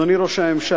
אדוני ראש הממשלה,